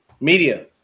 media